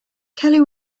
kelly